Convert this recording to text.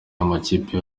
y’amakipe